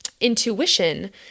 Intuition